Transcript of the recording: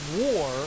war